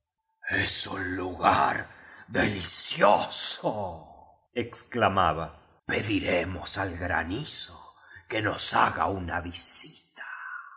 un lugar deliciosoexclamaba pediremos al granizo que nos haga una visita